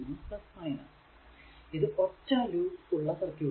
ഇത് ഒറ്റ ലൂപ്പ് ഉള്ള സർക്യൂട് ആണ്